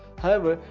however,